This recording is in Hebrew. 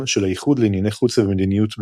של האיחוד לענייני חוץ ומדיניות ביטחון,